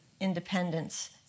independence